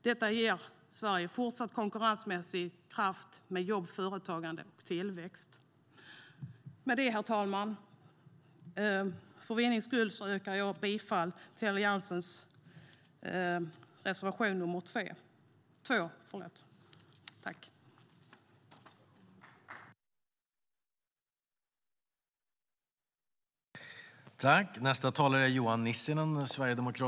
Detta ger Sverige en fortsatt konkurrensmässig kraft med jobb, företagande och tillväxt.